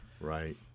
right